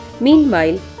Meanwhile